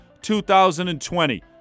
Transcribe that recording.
2020